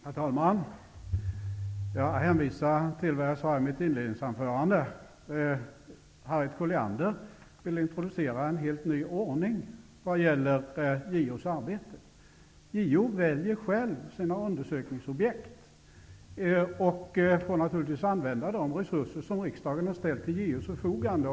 Herr talman! Jag hänvisar till det som jag sade i mitt inledningsanförande. Harriet Colliander vill introducera en helt ny ordning i vad gäller JO:s arbete. JO väljer själv sina undersökningsobjekt och får naturligtvis använda de resurer som riksdagen har stället JO till förfogande.